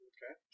Okay